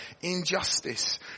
injustice